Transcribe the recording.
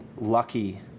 lucky